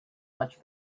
much